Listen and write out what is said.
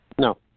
No